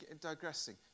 digressing